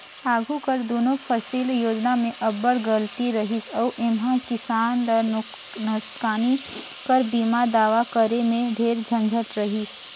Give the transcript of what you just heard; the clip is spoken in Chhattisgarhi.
आघु कर दुनो फसिल योजना में अब्बड़ गलती रहिस अउ एम्हां किसान ल नोसकानी कर बीमा दावा करे में ढेरे झंझट रहिस